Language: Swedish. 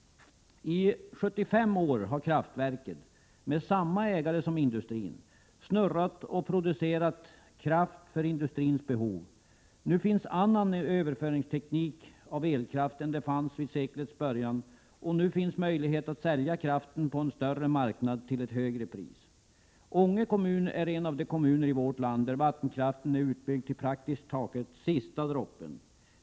I 75 års tid har kraftverket — med samma ägare som ägaren till industrin — 83 snurrat och producerat kraft för industrins behov. Nu finns annan teknik för överföring av elkraft än vad som fanns vid seklets början. I dag finns också möjlighet att sälja kraften på en större marknad och till ett högre pris. Ånge kommun är en av de kommuner i vårt land där vattenkraften är utbyggd till praktiskt taget sista droppen.